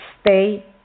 Stay